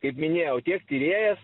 kaip minėjau tiek tyrėjas